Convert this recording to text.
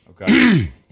Okay